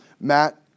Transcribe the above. Matt